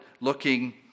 looking